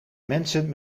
mensen